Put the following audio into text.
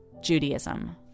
Judaism